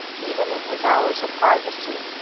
even in his hours of privacy.